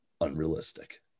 unrealistic